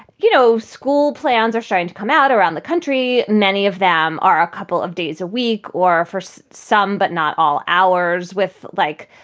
you know, school plans are trying to come out around the country. many of them are a couple of days a week or for so some, but not all hours with like,